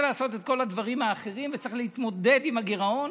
וצריך לעשות את כל הדברים האחרים וצריך להתמודד עם הגירעון,